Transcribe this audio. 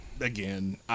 again